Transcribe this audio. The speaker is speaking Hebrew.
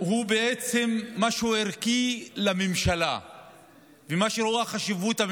הוא משהו ערכי לממשלה ולמה שהממשלה רואה בו חשיבות,